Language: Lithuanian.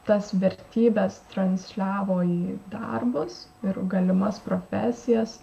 tas vertybes transliavo į darbus ir galimas profesijas